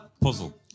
Puzzle